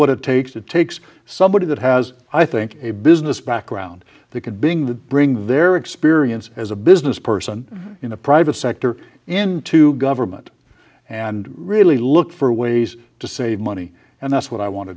what it takes it takes somebody that has i think a business background that could being to bring their experience as a business person in the private sector into government and really look for ways to save money and that's what i want to